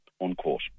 unquote